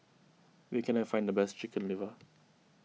where can I find the best Chicken Liver